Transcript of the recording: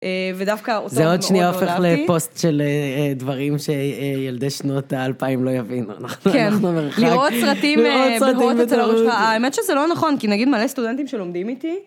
ודווקא מאוד מאוד אהבתי... זה עוד שנייה הופך לפוסט של דברים שילדי שנות האלפיים לא יבינו, אנחנו מרחק. לראות סרטים... לראות סרטים אצל ההורים שלך, האמת שזה לא נכון, כי נגיד מלא סטודנטים שלומדים איתי...